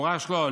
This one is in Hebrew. במפורש לא.